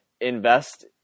invest